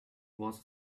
was